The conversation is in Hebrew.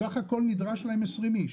בסך הכול נדרשים להם 20 אנשים.